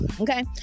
okay